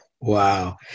Wow